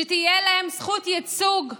שתהיה להם זכות ייצוג הוגנת,